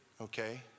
Okay